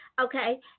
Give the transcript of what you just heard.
okay